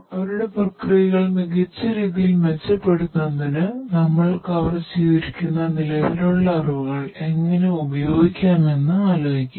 അവരുടെ പ്രക്രിയകൾ മികച്ച രീതിയിൽ മെച്ചപ്പെടുത്തുന്നതിന് നമ്മൾ കവർ ചെയ്തിരിക്കുന്ന നിലവിലുള്ള അറിവുകൾ എങ്ങനെ ഉപയോഗിക്കാമെന്ന് ആലോചിക്കുക